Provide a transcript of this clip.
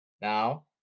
Now